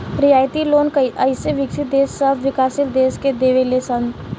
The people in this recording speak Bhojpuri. रियायती लोन अइसे विकसित देश सब विकाशील देश के देवे ले सन